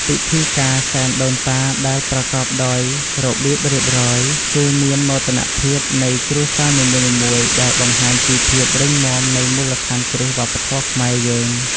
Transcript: ពិធីការសែនដូនតាដែលប្រកបដោយរបៀបរៀបរយ គឺជាមោទនភាពនៃគ្រួសារនីមួយៗដែលបង្ហាញពីភាពរឹងមាំនៃមូលដ្ឋានគ្រឹះវប្បធម៌ខ្មែរយើង។